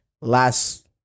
last